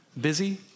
busy